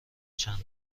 چند